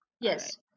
Yes